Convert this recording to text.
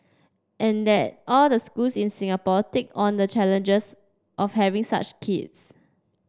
and that all the schools in Singapore take on the challenges of having such kids